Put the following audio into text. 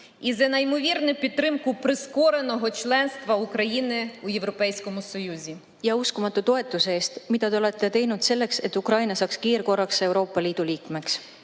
ja uskumatu toetuse eest, mida te olete üles näidanud selleks, et Ukraina saaks kiirkorras Euroopa Liidu liikmeks.